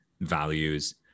values